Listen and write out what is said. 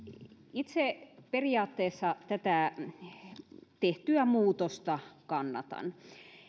itse periaatteessa tätä tehtyä muutosta kannatan